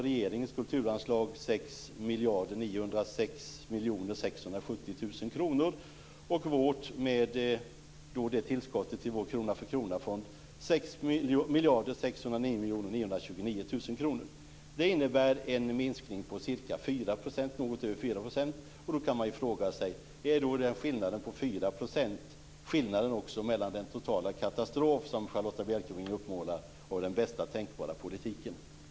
Regeringens kulturanslag ger alltså 6 906 670 000 kronor och vårt, med tillskottet i vår krona-för-krona-fond, 6 609 929 000 kronor. Det innebär en minskning med något över 4 %. Då kan man fråga sig: Är skillnaden på 4 % skillnaden också mellan den totala katastrof som Charlotta Bjälkebring uppmålar och den bästa tänkbara politiken?